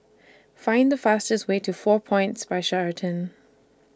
Find The fastest Way to four Points By Sheraton